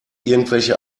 irgendwelche